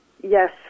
Yes